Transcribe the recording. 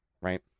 right